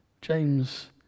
James